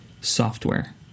software